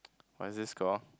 what is this call